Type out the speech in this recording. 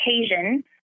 occasion